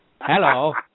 Hello